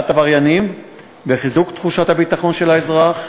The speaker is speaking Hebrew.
עבריינים וחיזוק תחושת הביטחון של האזרח,